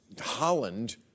Holland